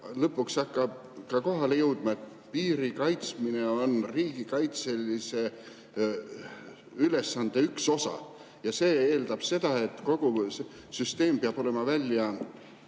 lõpuks hakkab ka kohale jõudma, et piiri kaitsmine on riigikaitse ülesande üks osa. See eeldab seda, et kogu süsteem peab olema välja